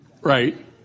Right